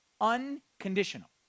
unconditional